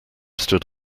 stood